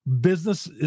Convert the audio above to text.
Business